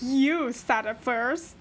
you started first